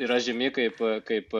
yra žymi kaip kaip